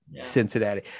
Cincinnati